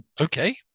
Okay